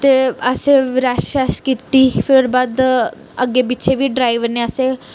ते असें रेस्ट शेस्ट कीती फिर बाद अग्गें पिच्छे बी ड्राइवर ने असें